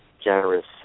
generous